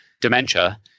dementia –